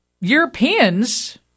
Europeans